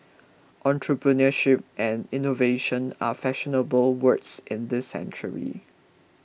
entrepreneurship and innovation are fashionable words in this century